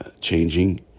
changing